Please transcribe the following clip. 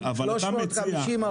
350 הרוגים וזה ארבעה.